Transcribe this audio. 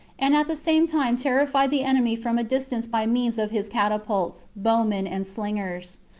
and at the same time terrified the enemy from a distance by means of his catapults, bowmen, and slingers.